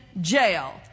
jail